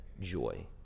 joy